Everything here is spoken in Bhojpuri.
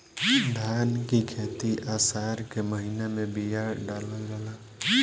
धान की खेती आसार के महीना में बिया डालल जाला?